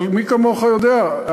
אבל מי כמוך יודע,